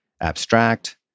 abstract